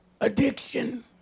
addiction